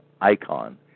icon